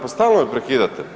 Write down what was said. Pa stalno me prekidate.